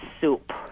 soup